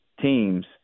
teams